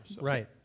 Right